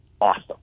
awesome